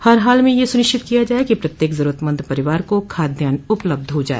हर हाल में यह सुनिश्चित किया जाए कि प्रत्येक जरूरतमंद परिवार को खाद्यान्न उपलब्ध हो जाए